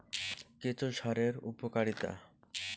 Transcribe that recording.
কেঁচো সারের উপকারিতা?